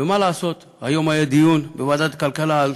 ומה לעשות, היום היה דיון בוועדת הכלכלה על